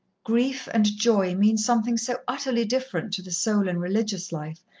grief and joy mean something so utterly different to the soul in religious life,